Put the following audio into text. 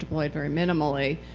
deployed very minimally,